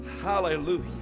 Hallelujah